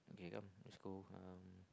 okay come let's go um